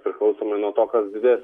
priklausomai nuo to kas didesnis